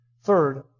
Third